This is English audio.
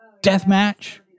Deathmatch